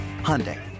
Hyundai